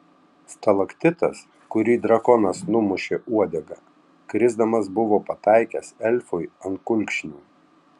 stalaktitas kurį drakonas numušė uodega krisdamas buvo pataikęs elfui ant kulkšnių